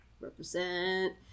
Represent